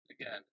again